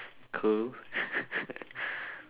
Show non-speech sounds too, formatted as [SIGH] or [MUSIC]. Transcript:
cool [LAUGHS]